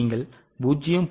நீங்கள் 0